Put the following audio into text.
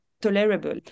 tolerable